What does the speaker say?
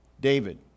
David